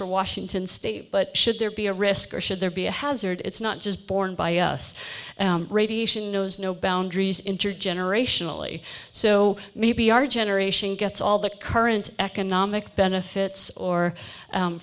from washington state but should there be a risk or should there be a hazard it's not just borne by us radiation knows no boundaries intergenerational e so maybe our generation gets all the current economic benefits or